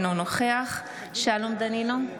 אינו נוכח שלום דנינו,